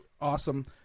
awesome